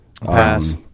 pass